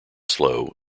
slow